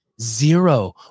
Zero